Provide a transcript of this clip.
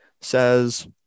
says